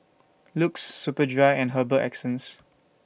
LUX Superdry and Herbal Essences